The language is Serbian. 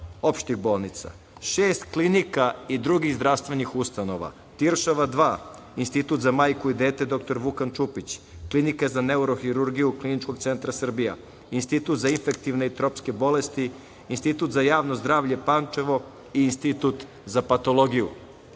opštih bolnica. Šest klinika i drugih zdravstvenih ustanova: Tiršova 1, Institut za majku i dete „Dr Vukan Čupić“, Klinika za neurohirurgiju Kliničkog centra Srbija, Institut za infektivne i tropske bolesti, Institut za javno zdravlje Pančevo i Institut za patologiju.